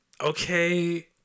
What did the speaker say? Okay